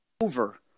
over